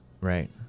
Right